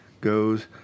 goes